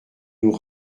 nous